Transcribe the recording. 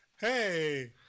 Hey